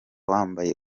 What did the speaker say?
wambaye